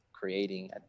creating